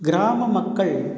கிராம மக்கள்